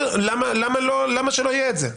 למה שלא יהיה את זה?